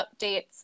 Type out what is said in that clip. updates